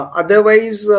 otherwise